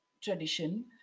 tradition